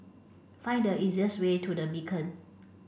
find the easiest way to the Beacon